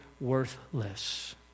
worthless